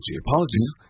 apologies